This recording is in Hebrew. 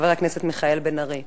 חבר הכנסת מיכאל בן-ארי,